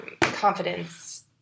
confidence